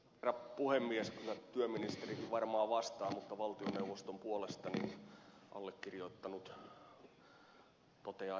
kyllä työministeri varmaan vastaa mutta valtioneuvoston puolesta allekirjoittanut toteaa ed